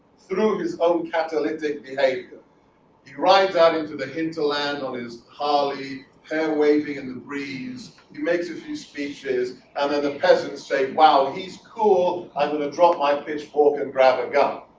through his own catalytic behavior he rides out into the hinterland on his harley hair waving in the breeze he makes a few speeches and then the peasants say wow he's cool i'm gonna drop my pitchfork and grab a gun